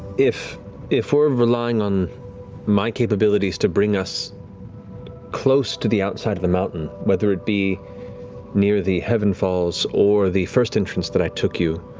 if if we're relying on my capabilities to bring us close to the outside of the mountain, whether it be near the heaven falls or the first entrance that i took you,